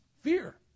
fear